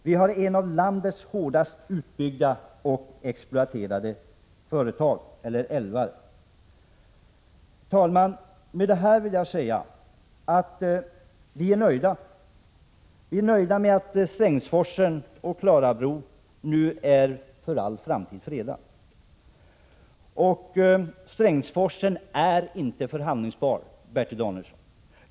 Det är en av landets hårdast utbyggda och exploaterade älvar. Herr talman! Med detta vill jag säga att vi är nöjda med att Strängsforsen och Klarabro nu är fredade för all framtid. Strängsforsen är inte förhandlingsbar, Bertil Danielsson.